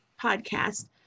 podcast